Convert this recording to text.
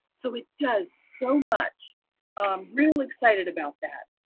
so it does so much. i'm real excited about that.